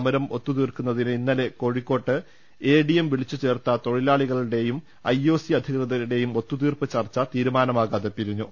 സമരം ഒത്തുതീർക്കുന്നതിന് ഇന്നലെ Kozhikode A D M വിളിച്ചു ചേർത്ത തൊഴിലാളികളുടെ ഐ ഒ സി അധികൃതരുടെയും ഒത്തുതീർപ്പ് ചർച്ച തീരുമാനമാകാതെ പിരിഞ്ഞു